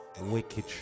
Wicked